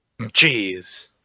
Jeez